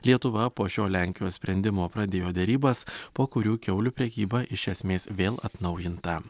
lietuva po šio lenkijos sprendimo pradėjo derybas po kurių kiaulių prekyba iš esmės vėl atnaujinta